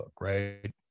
right